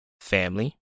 family